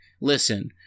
listen